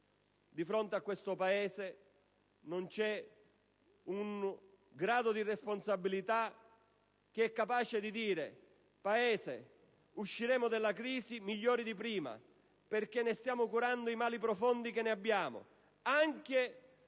Di fronte a questo scenario non c'è nessun grado di responsabilità capace di dire al Paese: usciremo dalla crisi migliori di prima perché ne stiamo curando i mali profondi, anche nel settore